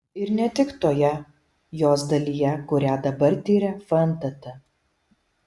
ir ne tik toje jos dalyje kurią dabar tiria fntt